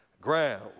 ground